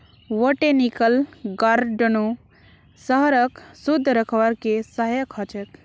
botanical गार्डनो शहरक शुद्ध रखवार के सहायक ह छेक